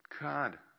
God